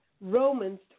Romans